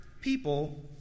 people